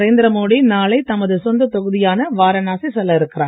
நரேந்திரமோடி நாளை தமது சொந்தத் தொகுதியான வாரணாசி செல்ல இருக்கிறார்